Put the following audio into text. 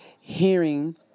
Hearing